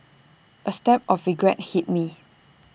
A stab of regret hit me